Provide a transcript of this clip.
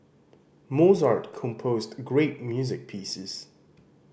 Mozart composed great music pieces